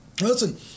Listen